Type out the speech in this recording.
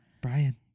Brian